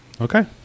Okay